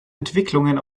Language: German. entwicklungen